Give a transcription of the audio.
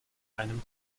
einem